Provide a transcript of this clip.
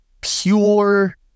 pure